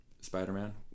Spider-Man